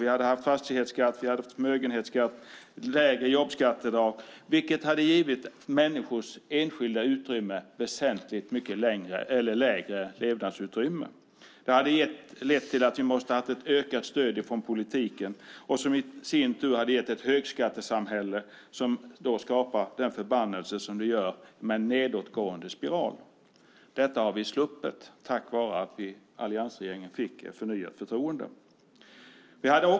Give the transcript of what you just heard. Vi hade haft fastighetsskatt, förmögenhetsskatt och lägre jobbskatteavdrag, vilket hade givit människor väsentligt mindre levnadsutrymme. Det hade lett till ett behov av ökat stöd från politiken, vilket i sin tur lett till ett högskattesamhälle som skapat den förbannelse det gör med en nedåtgående spiral. Detta har vi sluppit tack vare att alliansregeringen fick förnyat förtroende.